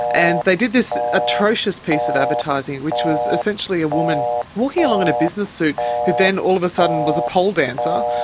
and they did this atrocious piece of advertising which was essentially a woman walking along in a business suit who then all of a sudden was a pole dancer,